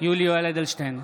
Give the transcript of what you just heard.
יולי יואל אדלשטיין,